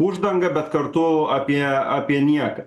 uždanga bet kartu apie apie nieką